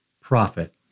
profit